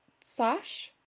Sash